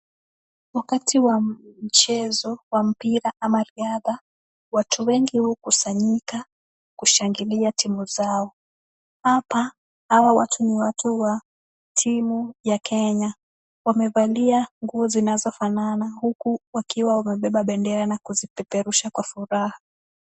Wakati wa mchezo wa mpira ama riadha watu wengi hukusanyika kushangilia timu zao ,hapa hawa watu ni watu wa timu ya Kenya ,wamevalia nguo zinazofanana huku wakiwa wamebeba bendera na kuzipeperusha kwa furaha.